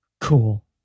Cool